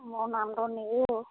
মোৰ নামটো নিৰু